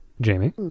Jamie